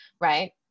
Right